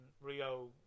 Rio